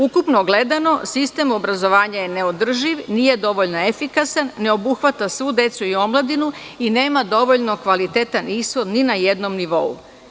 Ukupno gledano, sistem obrazovanja je neodrživ, nije dovoljno efikasan, ne obuhvata svu decu i omladinu i nema dovoljno kvalitetan ishod ni najednom nivou.